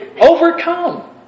overcome